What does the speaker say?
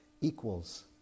equals